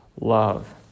love